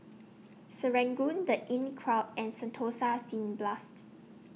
Serangoon The Inncrowd and Sentosa Cineblast